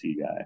guy